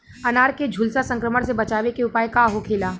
अनार के झुलसा संक्रमण से बचावे के उपाय का होखेला?